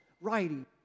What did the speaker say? writing